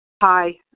Hi